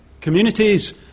communities